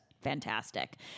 fantastic